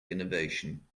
innervation